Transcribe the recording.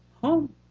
Home